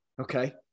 Okay